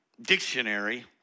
dictionary